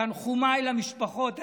תנחומיי למשפחות.